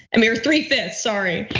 i mean, three fifths, sorry.